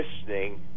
listening